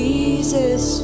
Jesus